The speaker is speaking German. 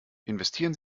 investieren